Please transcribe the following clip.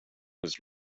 was